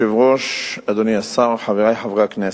אדוני היושב-ראש, אדוני השר, חברי חברי הכנסת,